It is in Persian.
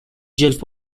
جلف